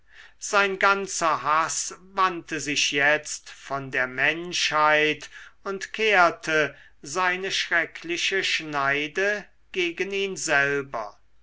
sein ganzer haß wandte sich jetzt von der menschheit und kehrte seine schreckliche schneide gegen ihn selber